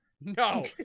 No